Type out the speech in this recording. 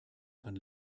van